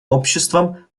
обществом